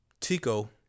Tico